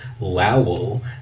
Lowell